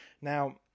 now